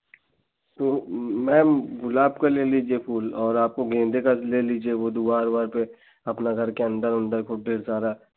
तो मैम गुलाब का ले लीजिए फूल और आपको गेंदे का ले लीजिए वे दुआर उआर पर अपना घर के अंद उंदर खूब ढेर सारा